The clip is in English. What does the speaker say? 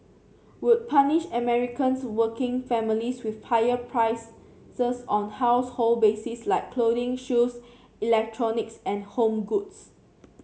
would punish Americans working families with higher price sirs on household basics like clothing shoes electronics and home goods